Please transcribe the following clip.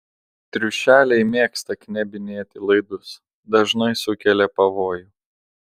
triušeliai mėgsta knebinėti laidus dažnai sukelia pavojų